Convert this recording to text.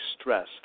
Stress